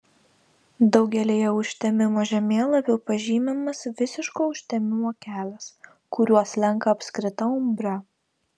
daugelyje užtemimo žemėlapių pažymimas visiško užtemimo kelias kuriuo slenka apskrita umbra